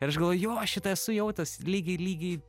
ir aš galvoju jo aš šitą esu jautęs lygiai lygiai